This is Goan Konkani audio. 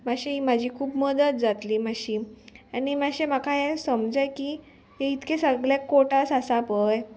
मातशी म्हाजी खूब मदत जातली मातशी आनी मातशें म्हाका हें समज की इतके सगळे कोटास आसा पय